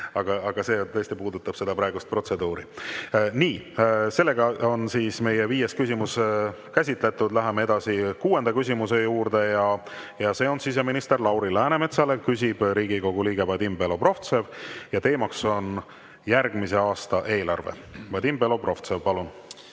aga see tõesti puudutab praegust protseduuri. Nii! Meie viies küsimus on käsitletud. Läheme edasi kuuenda küsimuse juurde ja see on siseminister Lauri Läänemetsale. Küsib Riigikogu liige Vadim Belobrovtsev ja teema on järgmise aasta eelarve. Vadim Belobrovtsev, palun!